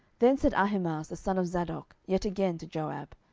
then said ahimaaz the son of zadok yet again to joab,